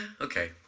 okay